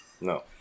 No